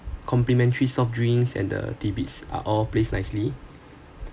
complimentary soft drinks and the are all placed nicely